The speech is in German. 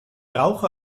rauche